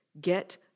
get